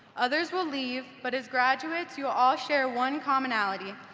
others will leave but as graduates you all share one commonality,